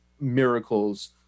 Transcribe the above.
miracles